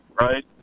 right